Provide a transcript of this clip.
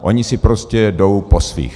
Oni si prostě jdou po svých.